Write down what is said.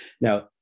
Now